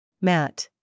Matt